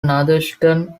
northeastern